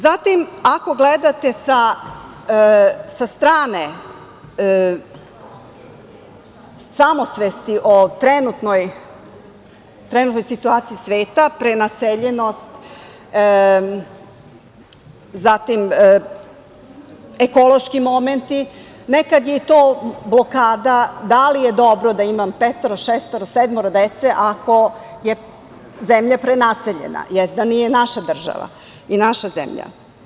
Zatim, ako gledate sa strane samosvesti o trenutnoj situaciji sveta, prenaseljenost, ekološki momenti, nekad je i to blokada da li je dobro da imam petoro, šestoro, sedmoro dece, ako je zemlja prenaseljena, jeste da nije naša država i naša zemlja.